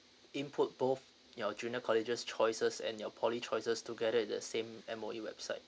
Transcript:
input both your junior colleges choices and your poly choices together in the same M_O_E website